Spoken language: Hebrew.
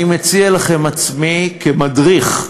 אני מציע לכם את עצמי כמדריך,